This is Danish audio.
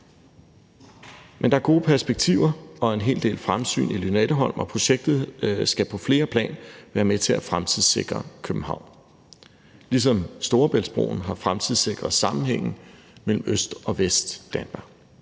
Men der er gode perspektiver og en hel del fremsyn i Lynetteholm, og projektet skal på flere plan være med til at fremtidssikre København, ligesom Storebæltsbroen har fremtidssikret sammenhængen mellem Øst- og Vestdanmark.